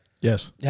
Yes